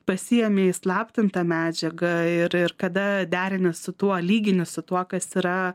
pasiemi įslaptintą medžiagą ir ir kada derini su tuo lygini su tuo kas yra